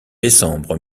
décembre